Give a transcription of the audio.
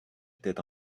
était